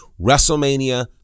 WrestleMania